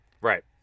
Right